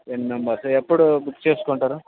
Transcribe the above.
ten members ఎప్పుడు book చేసుకుంటారు